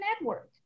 network